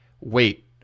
wait